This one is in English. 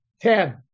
Ten